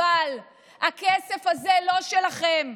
אבל הכסף הזה לא שלכם.